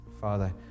Father